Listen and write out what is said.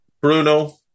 Bruno